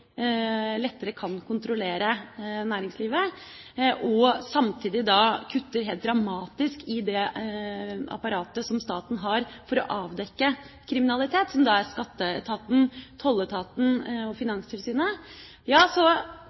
lettere kan kontrollere næringslivet, og samtidig kutter helt dramatisk i det apparatet som staten har for å avdekke kriminalitet – som er Skatteetaten, Tolletaten og Finanstilsynet – ja, så